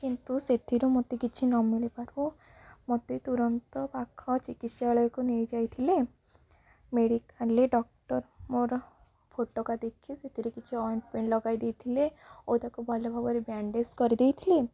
କିନ୍ତୁ ସେଥିରୁ ମୋତେ କିଛି ନମିଳିବାରୁ ମତେ ତୁରନ୍ତ ପାଖ ଚିକିତ୍ସାଳୟକୁ ନେଇଯାଇଥିଲେ ମେଡ଼ିକାଲ୍ରେ ଡ଼କ୍ଟର୍ ମୋର ଫୋଟକା ଦେଖି ସେଥିରେ କିଛି ଅଏଣ୍ଟମେଣ୍ଟ ଲଗାଇ ଦେଇଥିଲେ ଓ ତାକୁ ଭଲ ଭାବରେ ବ୍ୟାଣ୍ଡେଜ୍ କରିଦେଇଥିଲେ